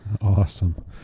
Awesome